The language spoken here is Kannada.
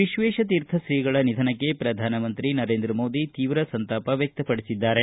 ವಿಶ್ವೇಶತೀರ್ಥ ತ್ರೀಗಳ ನಿಧನಕ್ಕೆ ಪ್ರಧಾನಮಂತ್ರಿ ನರೇಂದ್ರ ಮೋದಿ ತೀವ್ರ ಸಂತಾಪ ವ್ಯಕ್ತಪಡಿಸಿದ್ದಾರೆ